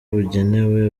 bugenewe